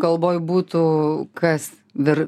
kalboje būtų kas dar